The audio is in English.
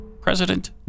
President